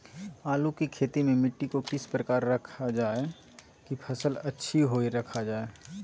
आलू की खेती में मिट्टी को किस प्रकार रखा रखा जाए की फसल अच्छी होई रखा जाए?